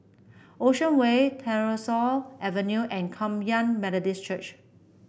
Ocean Way Tyersall Avenue and Kum Yan Methodist Church